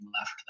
left